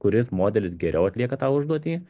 kuris modelis geriau atlieka tą užduotį